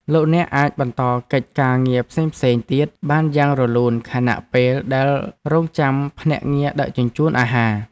លោកអ្នកអាចបន្តកិច្ចការងារផ្សេងៗទៀតបានយ៉ាងរលូនខណៈពេលដែលរង់ចាំភ្នាក់ងារដឹកជញ្ជូនអាហារ។